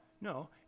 no